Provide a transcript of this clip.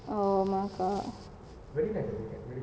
oh my god